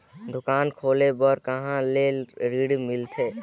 दुकान खोले बार कहा ले ऋण मिलथे?